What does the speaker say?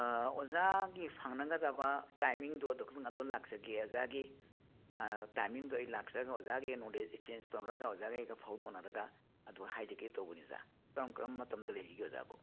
ꯑꯣꯖꯥꯒꯤ ꯐꯪꯅꯒꯗꯕ ꯇꯥꯏꯃꯤꯡꯗꯣ ꯑꯗꯨꯗ ꯂꯥꯛꯆꯒꯦ ꯑꯣꯖꯥꯒꯤ ꯇꯥꯏꯃꯤꯡꯗꯣ ꯑꯩ ꯂꯥꯛꯆꯔꯒ ꯑꯣꯖꯥꯒꯤ ꯅꯣꯂꯦꯁ ꯑꯦꯛꯆꯦꯟ ꯇꯧꯅꯔꯒ ꯑꯣꯖꯥꯒ ꯑꯩꯒ ꯐꯥꯎꯗꯣꯛꯅꯔꯒ ꯑꯗꯨ ꯍꯥꯏꯖꯒꯦ ꯇꯧꯕꯅꯤ ꯑꯣꯖꯥ ꯀꯔꯝ ꯀꯔꯝꯕ ꯃꯇꯝꯗ ꯂꯩꯕꯤꯒꯦ ꯑꯣꯖꯥꯕꯨ